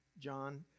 John